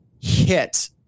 hit